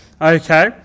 Okay